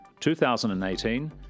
2018